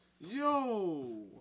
Yo